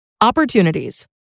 Opportunities